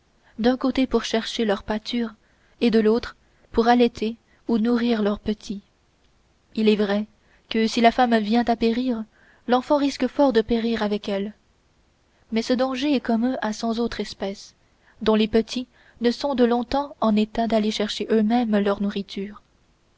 d'un côté pour chercher leur pâture et de l'autre pour allaiter ou nourrir leurs petits il est vrai que si la femme vient à périr l'enfant risque fort de périr avec elle mais ce danger est commun à cent autres espèces dont les petits ne sont de longtemps en état d'aller chercher eux-mêmes leur nourriture